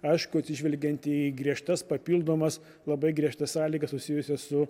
aišku atsižvelgiant į griežtas papildomas labai griežtas sąlygas susijusias su